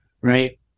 Right